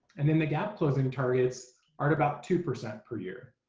and then the gap closing targets are at about two percent per year.